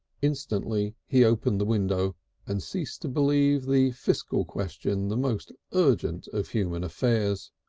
instantly he opened the window and ceased to believe the fiscal question the most urgent of human affairs.